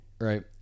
Right